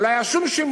אבל לא היה שום שימוע.